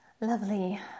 Lovely